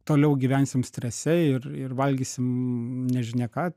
toliau gyvensim strese ir ir valgysim nežinia ką